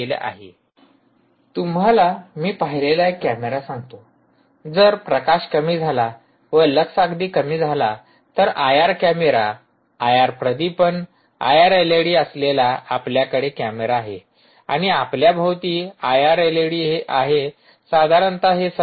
तुम्हाला मी एक पाहिलेला कॅमेरा सांगतो जर प्रकाश कमी झाला व लक्स अगदी कमी झाला तर आयआर कॅमेरा आयआर प्रदीपन आयआर एलईडी असलेला आपल्याकडे कॅमेरा आहे आणि आपल्याभोवती आयआर एलईडी आहे साधारणतः हे सर्व आहे